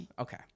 Okay